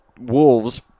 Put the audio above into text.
wolves